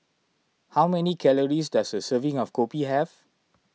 how many calories does a serving of Kopi have